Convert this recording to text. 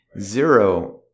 Zero